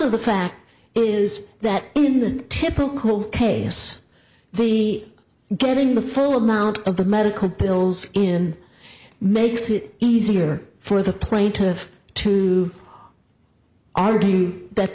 of the fact is that in the typical case we are getting the full amount of the medical bills in makes it easier for the plaintiff to argue that